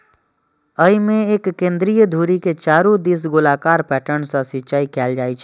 अय मे एक केंद्रीय धुरी के चारू दिस गोलाकार पैटर्न सं सिंचाइ कैल जाइ छै